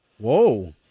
Whoa